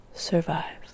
Survive